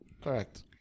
Correct